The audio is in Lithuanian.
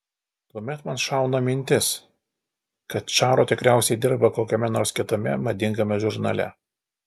tuomet man šauna mintis kad čaro tikriausiai dirba kokiame nors kitame madingame žurnale